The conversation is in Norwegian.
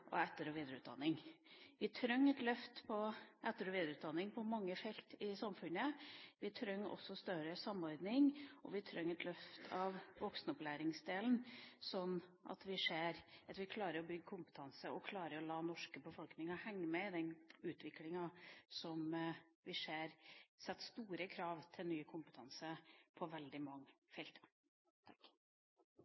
etter- og videreutdanning.» Vi trenger et løft på etter- og videreutdanning på mange felt i samfunnet. Vi trenger også større samordning, og vi trenger et løft av voksenopplæringsdelen, sånn at vi ser at vi klarer å bygge kompetanse og klarer å la den norske befolkninga henge med i den utviklinga som vi ser setter store krav til ny kompetanse på veldig mange